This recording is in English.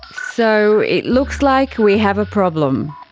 so it looks like we have a problem.